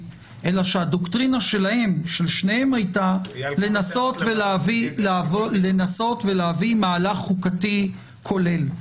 רק שהדוקטרינה של שניהם הייתה לנסות ולהביא מהלך חוקתי כולל.